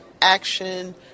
Action